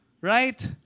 Right